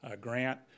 grant